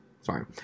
Sorry